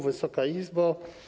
Wysoka Izbo!